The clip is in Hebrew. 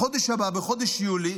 בחודש הבא, בחודש יולי,